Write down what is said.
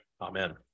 Amen